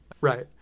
right